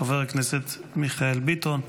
חבר הכנסת מיכאל ביטון.